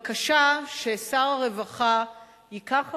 והבקשה היא ששר הרווחה ייקח אחריות,